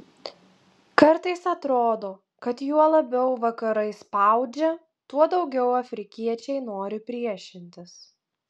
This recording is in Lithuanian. kartais atrodo kad juo labiau vakarai spaudžia tuo daugiau afrikiečiai nori priešintis